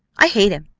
i hate him.